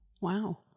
Wow